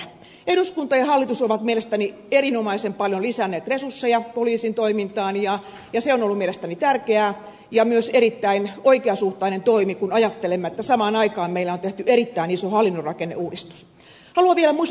eduskunta ja hallitus ovat mielestäni erinomaisen paljon lisänneet resursseja poliisin toimintaan ja se on ollut mielestäni tärkeää ja myös erittäin oikeasuhtainen toimi kun ajattelemme että samaan aikaan meillä on tehty erittäin iso hallinnon rakenneuudistus